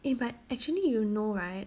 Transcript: eh but actually you know right